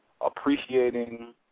appreciating